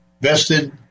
vested